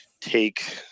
take